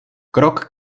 krok